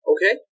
Okay